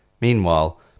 Meanwhile